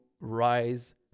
rise